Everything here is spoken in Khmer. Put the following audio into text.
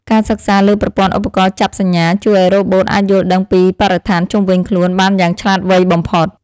ការសិក្សាលើប្រព័ន្ធឧបករណ៍ចាប់សញ្ញាជួយឱ្យរ៉ូបូតអាចយល់ដឹងពីបរិស្ថានជុំវិញខ្លួនបានយ៉ាងឆ្លាតវៃបំផុត។